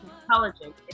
intelligent